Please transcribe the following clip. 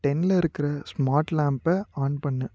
டெனில் இருக்கிற ஸ்மார்ட் லேம்ப்பை ஆன் பண்ணு